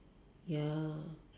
ya